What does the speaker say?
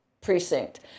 precinct